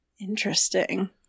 Interesting